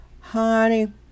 Honey